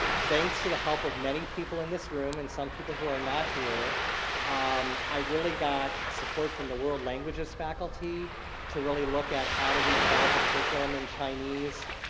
thanks to the help of many people in this room and some people who are not here i really got support from the world languages faculty to really look at, how do we develop a curriculum in chinese?